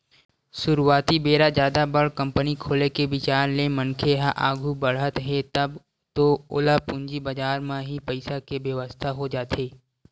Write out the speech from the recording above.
सुरुवाती बेरा जादा बड़ कंपनी खोले के बिचार ले मनखे ह आघू बड़हत हे तब तो ओला पूंजी बजार म ही पइसा के बेवस्था हो जाथे